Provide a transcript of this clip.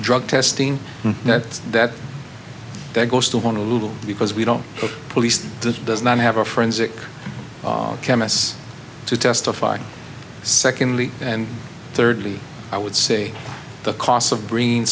drug testing that's that that goes to one a little because we don't police the does not have a forensic chemists to testify secondly and thirdly i would say the costs of bringing